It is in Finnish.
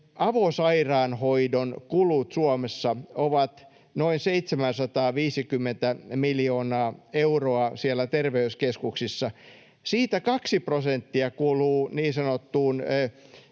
avosairaanhoidon kulut Suomessa ovat noin 750 miljoonaa euroa siellä terveyskeskuksissa. Siitä 2 prosenttia kuluu niin sanottuun